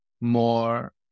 more